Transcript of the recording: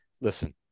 Listen